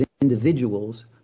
individuals